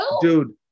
Dude